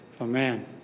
Amen